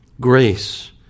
grace